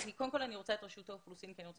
אני קודם כל רוצה את רשות האוכלוסין כי אני רוצה